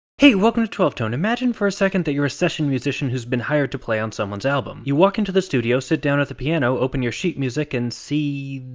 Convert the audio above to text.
hey, welcome to twelve tone! imagine for a second that you're a session musician who's been hired to play on someone's album. you walk into the studio, sit down at the piano, open your sheet music and see,